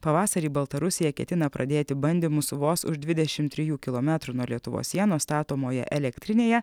pavasarį baltarusija ketina pradėti bandymus vos už dvidešim trijų kilometrų nuo lietuvos sienos statomoje elektrinėje